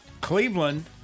Cleveland